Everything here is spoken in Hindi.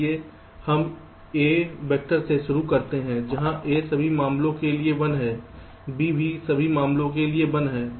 इसलिए हम a वेक्टर से शुरू करते हैं जहां a सभी मामलों के लिए 1 है b भी सभी मामलों के लिए 1 है